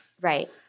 Right